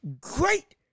great